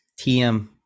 TM